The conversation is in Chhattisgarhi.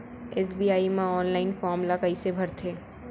एस.बी.आई म ऑनलाइन फॉर्म ल कइसे भरथे?